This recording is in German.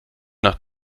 nach